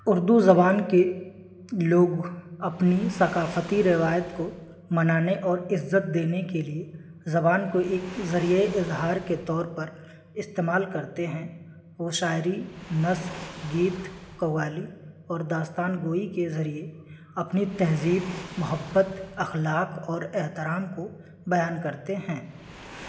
اردو زبان کے لوگ اپنی ثقافتی روایت کو منانے اور عزت دینے کے لیے زبان کو ایک ذریعۂ اظہار کے طور پر استعمال کرتے ہیں وہ شاعری نثر گیت قوالی اور داستان گوئی کے ذریعے اپنی تہذیب محبت اخلاق اور احترام کو بیان کرتے ہیں